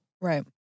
Right